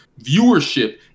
viewership